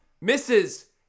misses